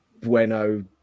Bueno